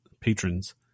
patrons